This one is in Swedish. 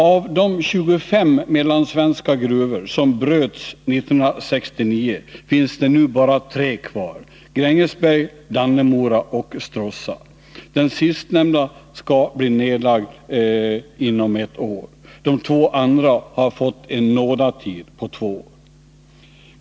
Av de 25 mellansvenska gruvor där malm bröts 1969 finns det nu bara tre kvar: Grängesberg, Dannemora och Stråssa. Den sistnämnda skall bli nedlagd inom ett år. De två andra har fått en nådatid på två år.